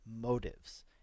motives